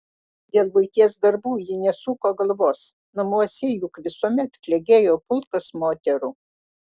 dėl buities darbų ji nesuko galvos namuose juk visuomet klegėjo pulkas moterų